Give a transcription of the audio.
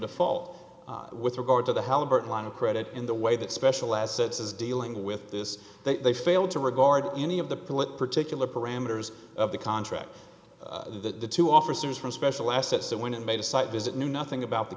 default with regard to the halliburton line of credit in the way that special assets is dealing with this they failed to regard any of the political or parameters of the contract the two officers from special assets that went and made a site visit knew nothing about the